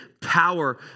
power